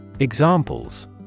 Examples